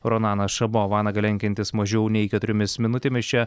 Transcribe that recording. ronanas šabo vanagą lenkiantis mažiau nei keturiomis minutėmis čia